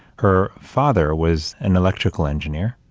her father was an electrical engineer,